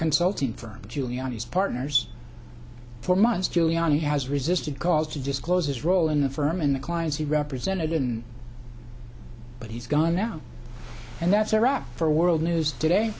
consulting firm giuliani's partners for months giuliani has resisted calls to disclose his role in the firm and the clients he represented in but he's gone now and that's a wrap for world news today